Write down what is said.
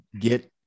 get